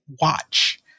watch